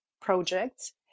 projects